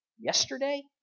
yesterday